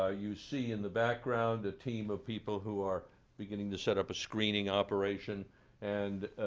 ah you see in the background a team of people who are beginning to set up a screening operation and